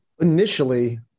Initially